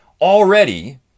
already